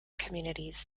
communities